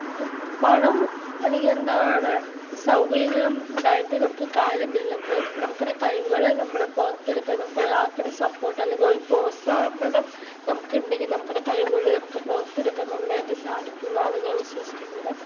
നമുക്ക് പണം അല്ലെങ്കിൽ എന്താണ് സൗകര്യങ്ങളും ഉണ്ടായിട്ട് നമുക്ക് കാര്യമില്ല നമുക്ക് നമ്മുടെ കഴിവുകളെ നമ്മൾ പുറത്തെടുക്കാൻ നമുക്ക് ഒരാളുടെ സപ്പോർട്ട് അല്ലെങ്കിൽ ഒരു പ്രോത്സാഹനം നമുക്ക് ഉണ്ടെങ്കിൽ നമ്മുടെ കഴിവുകൾ നമുക്ക് പുറത്തെടുക്കാൻ നന്നായിട്ട് സാധിക്കുമെന്നാണ് ഞാൻ വിശ്വസിക്കുന്നത്